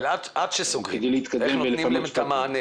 אבל עד שסוגרים איך נותנים מענה